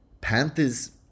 Panthers